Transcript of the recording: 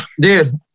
Dude